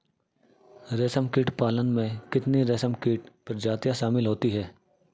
रेशमकीट पालन में कितनी रेशमकीट प्रजातियां शामिल होती हैं?